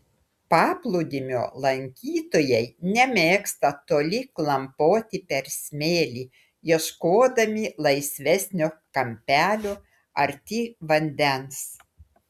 paplūdimio lankytojai nemėgsta toli klampoti per smėlį ieškodami laisvesnio kampelio arti vandens